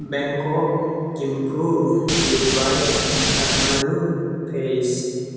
Bangkok Thimphu Dubai Kathmandu Paris